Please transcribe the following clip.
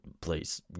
place